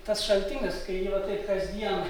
tas šaltinis kai jį va taip kasdien